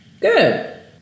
Good